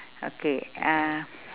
okay uh